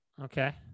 Okay